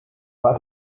war